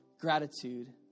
Gratitude